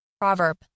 Proverb